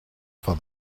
for